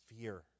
fear